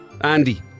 Andy